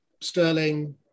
sterling